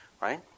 Right